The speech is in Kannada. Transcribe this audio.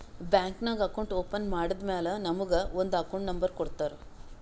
ಬ್ಯಾಂಕ್ ನಾಗ್ ಅಕೌಂಟ್ ಓಪನ್ ಮಾಡದ್ದ್ ಮ್ಯಾಲ ನಮುಗ ಒಂದ್ ಅಕೌಂಟ್ ನಂಬರ್ ಕೊಡ್ತಾರ್